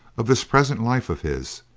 of this present life of his,